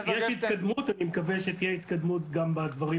יש התקדמות ואני מקווה שתהיה התקדמות גם בדברים